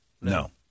No